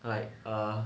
like err